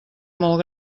molt